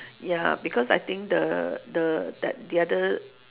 ya because I think the the that the other